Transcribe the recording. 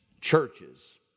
churches